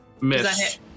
Miss